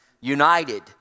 united